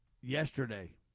yesterday